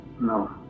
No